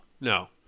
no